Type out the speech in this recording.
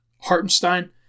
Hartenstein